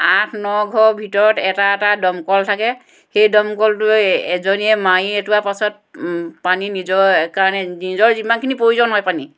আঠ ন ঘৰৰ ভিতৰত এটা এটা দমকল থাকে সেই দমকলটোৱে এজনীয়ে মাৰি অঁতোৱাৰ পাছত পানী নিজৰ কাৰণে নিজৰ যিমানখিনি প্ৰয়োজন হয় পানী